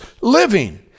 living